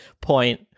point